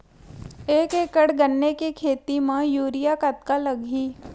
एक एकड़ गन्ने के खेती म यूरिया कतका लगही?